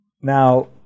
Now